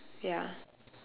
ya